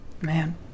Man